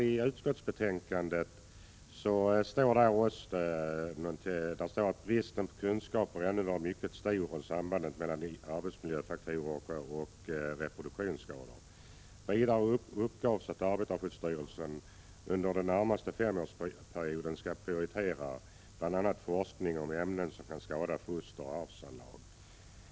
I betänkandet hänvisas till att bristen på kunskaper ännu är mycket stor om sambanden mellan arbetsmiljöfaktorer och reproduktionsskador och till att arbetarskyddsstyrelsen under den närmaste femårsperioden skall prioritera bl.a. forskning om ämnen som kan skada foster och arvsanlag.